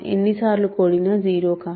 ఎన్నిసార్లు కూడినా 0 కాదు